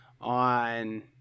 on